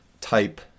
type